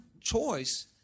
choice